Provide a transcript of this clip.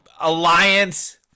alliance